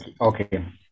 Okay